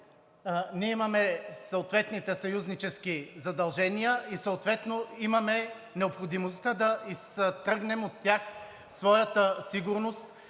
ние имаме съответните съюзнически задължения и съответно имаме необходимостта да изтръгнем от тях своята сигурност